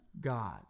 God